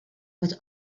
but